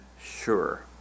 sure